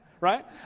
right